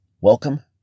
Welcome